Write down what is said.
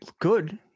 good